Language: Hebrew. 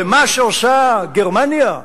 ומה שעושה גרמניה,